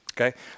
okay